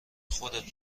خودت